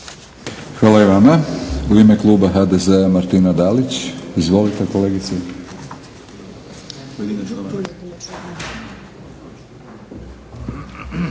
Hvala i vama. U ime kluba HDZ-a Martina Dalić. Izvolite kolegice.